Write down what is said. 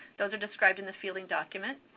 those are described in the fielding document.